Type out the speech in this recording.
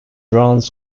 runs